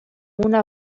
una